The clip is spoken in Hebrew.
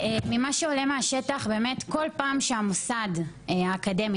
ממה שעולה בשטח בכל פעם שהמוסד האקדמי